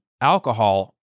alcohol